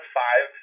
five